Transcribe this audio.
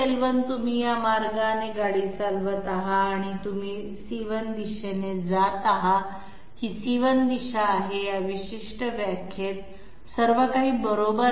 l1 तुम्ही या मार्गाने गाडी चालवत आहात आणि तुम्ही c1 दिशेला जात आहात ही c1 दिशा आहे या विशिष्ट व्याख्येत सर्व काही बरोबर आहे